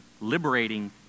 liberating